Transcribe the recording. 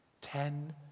Ten